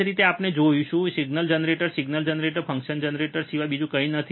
આજ રીતે આપણે જોઈશું સિગ્નલ જનરેટર છે સિગ્નલ જનરેટર ફંક્શન જનરેટર સિવાય બીજું કંઈ નથી